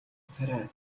царай